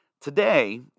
Today